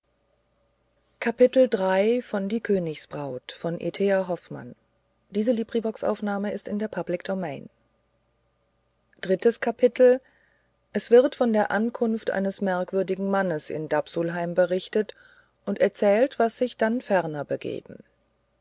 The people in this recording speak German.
es wird von der ankunft eines merkwürdigen mannes in dapsulheim berichtet und erzählt was sich dann ferner begeben